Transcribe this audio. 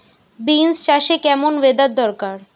Beans চাষে কেমন weather দরকার?